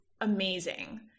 amazing